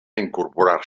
incorporar